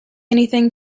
anything